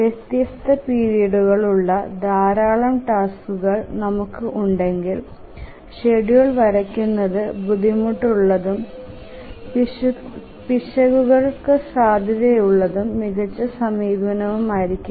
വ്യത്യസ്ത പീരിയഡ്ഉകൾ ഉള്ള ധാരാളം ടാസ്കുകൾ നമുക്ക് ഉണ്ടെങ്കിൽ ഷെഡ്യൂൾ വരയ്ക്കുന്നത് ബുദ്ധിമുട്ടുള്ളതും പിശകുകൾക്ക് സാധ്യതയുള്ളതും മികച്ച സമീപനമായിരിക്കില്ല